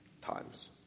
times